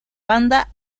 banda